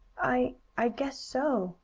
i i guess so,